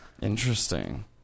Interesting